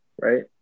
right